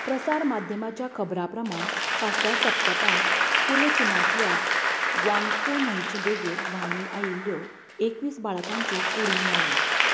प्रसार माध्यमांच्या खबरां प्रमाण फाटल्या सप्तांतांत पूर्व चीनांतल्या ग्वांगफू न्हंयचे देगेर व्हांवून आयिल्ल्यो एकवीस बाळकांच्यो कुडीं मेळ्ळ्यात